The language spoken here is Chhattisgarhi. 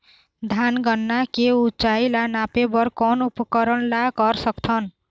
धान गन्ना के ऊंचाई ला नापे बर कोन उपकरण ला कर सकथन?